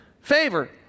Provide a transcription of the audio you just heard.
favor